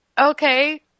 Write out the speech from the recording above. Okay